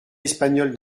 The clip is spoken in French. espagnol